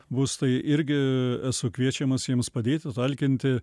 bus tai irgi esu kviečiamas jiems padėti talkinti